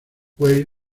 weir